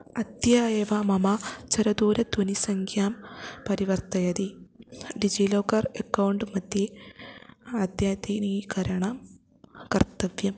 अद्य एव मम चरदूरध्वनिसङ्ख्यां परिवर्तयति डिजीलोकर् एक्कौण्ट् मध्ये अद्यतनीकरणं कर्तव्यम्